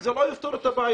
זה לא יפתור את הבעיה.